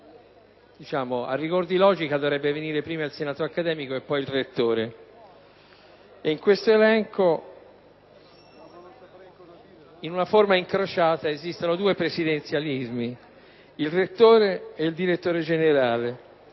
A rigor di logica dovrebbe venire prima il senato accademico e poi il rettore. In questo elenco, in una forma incrociata, esistono due presidenzialismi: il rettore e il direttore generale.